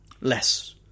less